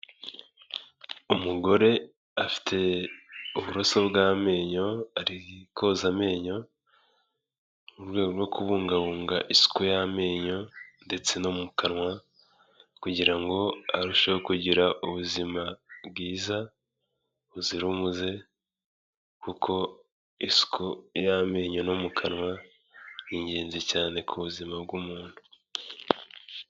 Umugore afite uburoso bw'amenyo, ari koza amenyo mu rwego rwo kubungabunga isuku y'amenyo ndetse no mu kanwa kugira ngo arusheho kugira ubuzima bwiza buzira umuze, kuko isuku y'amenyo no mu kanwa ni ingenzi cyane ku buzima bw'umuntu.